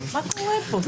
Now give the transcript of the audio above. לא רצו למגן,